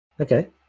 Okay